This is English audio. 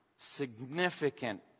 significant